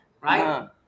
right